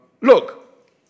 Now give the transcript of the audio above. look